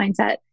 mindset